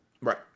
Right